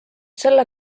selle